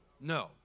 No